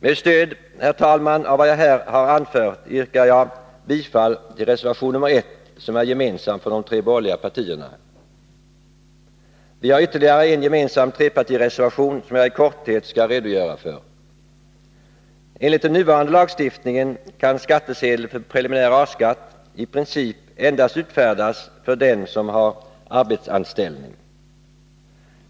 Med stöd av vad jag här har anfört yrkar jag bifall till reservation nr 1, som är gemensam för de tre borgerliga partierna. Vi har ytterligare en gemensam trepartireservation, som jag i korthet skall redogöra för. Enligt den nuvarande lagstiftningen kan skattsedel för preliminär A-skatt i princip endast utfärdas för den som har arbetsanställning.